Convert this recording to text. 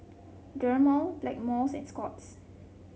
Dermale Blackmores and Scott's